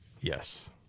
Yes